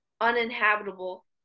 uninhabitable